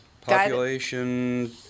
population